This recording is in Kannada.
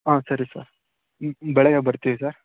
ಹಾಂ ಸರಿ ಸರ್ ಬೆಳಗ್ಗೆ ಬರ್ತೀವಿ ಸರ್